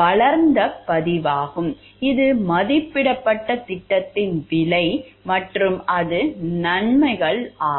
வளர்ந்த பதிப்பாகும் இது மதிப்பிடப்பட்ட திட்டத்தின் விலை மற்றும் அது நன்மைகள் ஆகும்